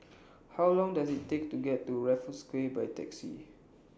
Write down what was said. How Long Does IT Take to get to Raffles Quay By Taxi